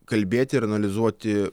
kalbėti ir analizuoti